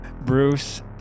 Bruce